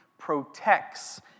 Protects